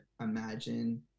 imagine